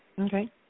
Okay